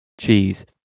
cheese